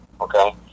Okay